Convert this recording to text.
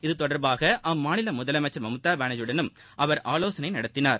இதுதொடர்பாக அம்மாநில முதலமைச்சர் மம்தா பானர்ஜியுடனும் அவர் ஆவோசனை நடத்தினார்